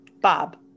Bob